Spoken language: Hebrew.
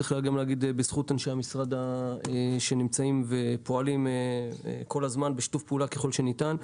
בזכות עובדי המשרד שפועלים כל הזמן בשיתוף פעולה ככל שניתן.